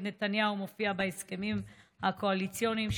נתניהו מופיע בהסכמים הקואליציוניים,